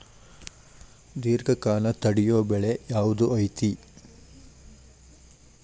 ದೇರ್ಘಕಾಲ ತಡಿಯೋ ಬೆಳೆ ಯಾವ್ದು ಐತಿ?